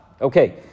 Okay